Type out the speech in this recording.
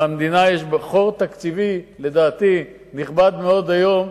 ולמדינה יש חור תקציבי נכבד מאוד היום,